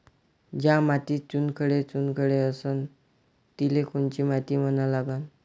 ज्या मातीत चुनखडे चुनखडे असन तिले कोनची माती म्हना लागन?